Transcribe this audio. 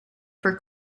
for